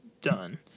done